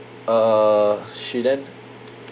uh she then